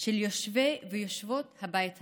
של יושבי ויושבות הבית הזה,